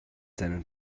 seinen